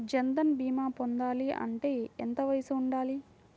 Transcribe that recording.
జన్ధన్ భీమా పొందాలి అంటే ఎంత వయసు ఉండాలి?